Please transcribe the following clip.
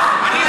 לא.